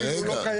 רגע,